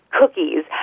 cookies